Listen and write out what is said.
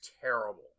terrible